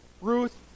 Ruth